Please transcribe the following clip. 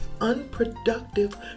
unproductive